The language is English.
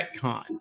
retcon